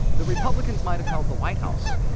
the republicans might have held the white house,